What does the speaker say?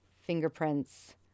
fingerprints